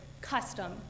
custom